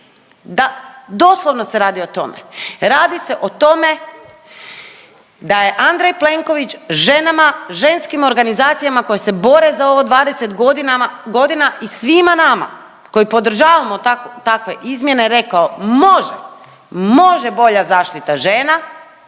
Da, doslovno se radi o tome, radi se o tome da je Andrej Plenković ženama, ženskim organizacijama koje se bore za ovo 20 godina i svima nama koji podržavamo takve izmjene rekao, može, može bolja zaštita žena.